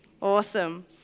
Awesome